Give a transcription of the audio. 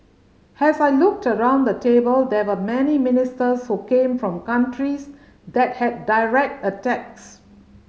has I looked around the table there were many ministers who came from countries that had direct attacks